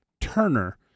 Turner